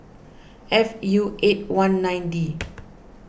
F U eight one nine D